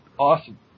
Awesome